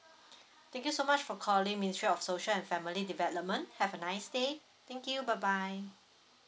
thank you so much for calling ministry of social and family development have a nice day thank you bye bye